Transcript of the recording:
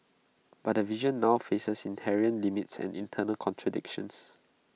but the vision now faces inherent limits and internal contradictions